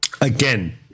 again